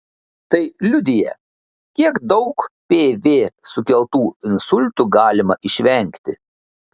tai liudija kiek daug pv sukeltų insultų galima išvengti